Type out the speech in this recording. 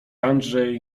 andrzej